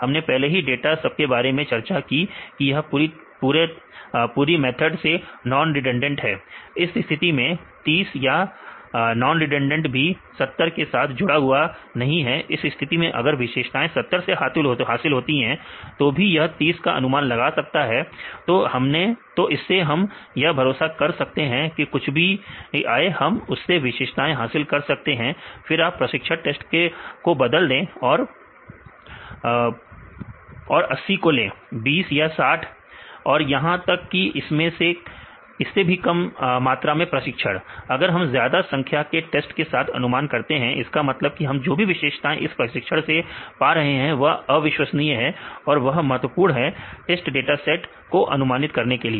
हमने पहले ही डाटा सब के बारे में चर्चा की कि यह पूरी तरीके से नॉन रिडंडेंट है इस स्थिति में 30 या नॉन रिडंडेंट भी 70 के साथ जुड़ा हुआ नहीं इस स्थिति में अगर विशेषताएं 70 से हासिल होती हैं तो भी यह 30 का अनुमान लगा सकता है तो इससे हम यह भरोसा कर सकते हैं कि कुछ भी आए हम उससे विशेषताएं हासिल कर सकते हैं फिर आप प्रशिक्षण टेस्ट को बदल दें और ले 80 20 या 60 और यहां तक की इससे भी कम मात्रा मैं प्रशिक्षण अगर हम ज्यादा संख्या के टेस्ट के साथ अनुमान करते हैं इसका मतलब कि हम जो भी विशेषताएं इस प्रशिक्षण से पा रहे हैं वह अविश्वसनीय है और वह महत्वपूर्ण है टेस्ट डाटा सेट को अनुमानित करने के लिए